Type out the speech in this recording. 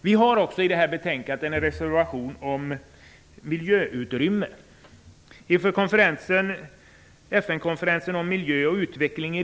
Vidare har vi i det här betänkandet en reservation om beräkning av miljöutrymme.